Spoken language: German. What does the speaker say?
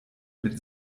mit